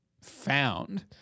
found